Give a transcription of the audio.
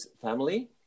family